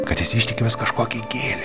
kad jis ištikimas kažkokiai gėlei